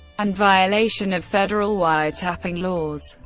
and violation of federal wiretapping laws.